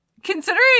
considering